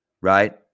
right